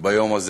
ביום הזה.